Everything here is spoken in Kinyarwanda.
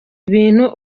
ibintu